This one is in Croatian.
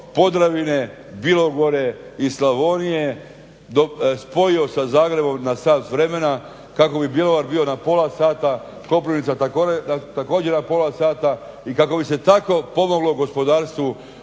Podravine, Bilogore i Slavonije spojio sa Zagrebom na sat vremena, kako bi Bjelovar bio na pola sata, Koprivnica također na pola sata i kako bi se tako pomoglo gospodarstvu